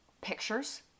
pictures